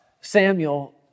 Samuel